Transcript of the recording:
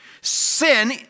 Sin